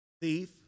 thief